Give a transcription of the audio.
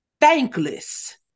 thankless